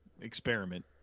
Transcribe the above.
experiment